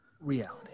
reality